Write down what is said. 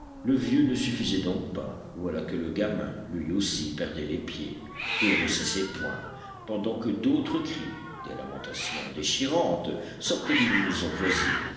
le vieux ne suffisait donc pas voilà que le gamin lui aussi perdait les pieds et elle ne cessait point pendant que d'autres cris des lamentations déchirantes sortaient d'une maison voisine